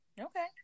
Okay